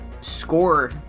score